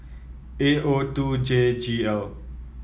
A O two J G L